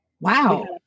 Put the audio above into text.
Wow